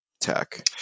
Tech